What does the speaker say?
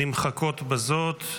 נמחקות בזאת,